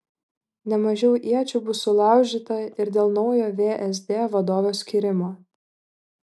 ne mažiau iečių bus sulaužyta ir dėl naujo vsd vadovo skyrimo